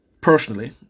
personally